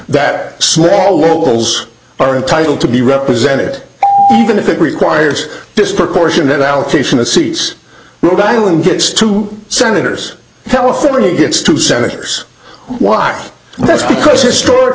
that small locals are entitled to be represented even if it requires disproportionate allocation of seats rhode island gets two senators california gets two senators why that's because historic